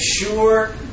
sure